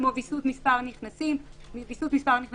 כמו ויסות מספר הנכנסים 2,500,